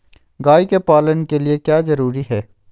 गाय के पालन के लिए क्या जरूरी है?